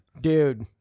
Dude